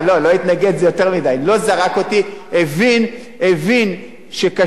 הבין שקשיש עם 2,100 שקל בחודש,